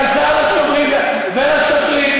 ועזר לשומרים ולשוטרים,